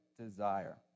desire